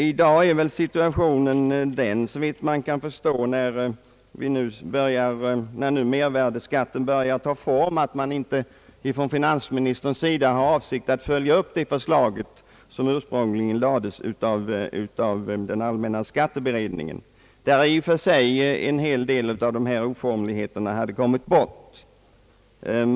I dag är väl situationen den, såvitt jag kan förstå, när nu mervärdeskatten börjar ta form, att finansministern inte har för avsikt att följa upp det förslag som ursprungligen framlades av allmänna skatteberedningen, där en hel del oformligheter givetvis hade kommit bort.